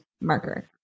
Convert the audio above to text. marker